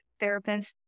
therapists